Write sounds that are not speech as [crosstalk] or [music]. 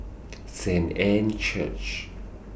[noise] Saint Anne's Church